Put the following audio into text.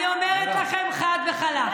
עכשיו, אני אומרת לכם חד וחלק.